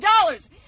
dollars